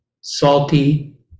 salty